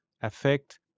affect